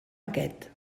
aquest